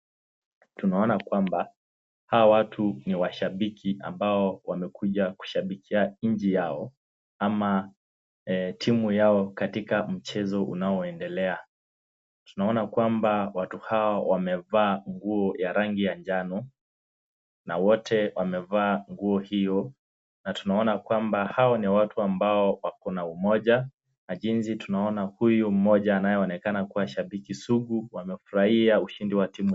Tunaona kwamba hawa watu ni washabiki ambao wamekuja kushabikia nchi yao ama timu yao katika mchezo unaoendelea. Tunaona kwamba watu hawa wamevaa nguo ya rangi ya njano na wote wamevaa nguo hiyo na tunaona kwamba hao ni watu ambao wako na umoja na jinsi tunaona huyu mmoja anayeonekana kuwa shabiki sugu wamefurahia ushindi wa timu.